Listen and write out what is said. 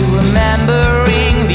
remembering